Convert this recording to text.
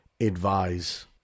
advise